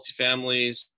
multifamilies